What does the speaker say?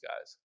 guys